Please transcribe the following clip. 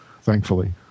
thankfully